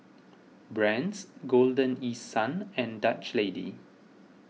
Brand's Golden East Sun and Dutch Lady